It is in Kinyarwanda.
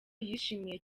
yishimiye